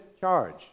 charge